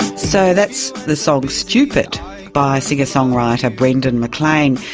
so that's the song stupid by singer songwriter brendan maclean.